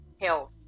health